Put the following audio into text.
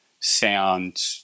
sound